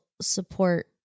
support